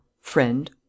friend